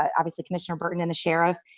um obviously commissioner burton and the sheriff.